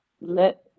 let